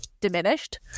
diminished